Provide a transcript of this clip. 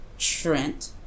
Trent